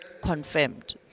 confirmed